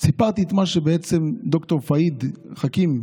סיפרתי מה שד"ר פהד חכים,